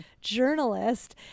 journalist